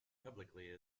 publicly